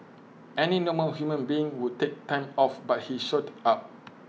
any normal human being would take time off but he showed up